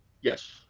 Yes